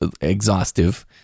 exhaustive